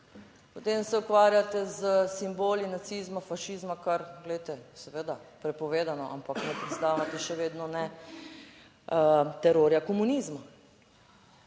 Potem se ukvarjate s simboli nacizma, fašizma, kar glejte, seveda, prepovedano, ampak ne predstavljate, še vedno ne terorja komunizma.